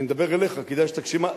אני מדבר אליך, כדאי שתקשיב.